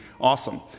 awesome